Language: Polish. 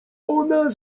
ona